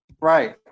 Right